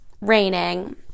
raining